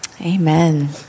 Amen